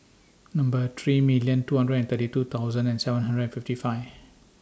three million two hundred and thirty two thousand and seven hundred and fifty five